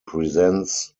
presents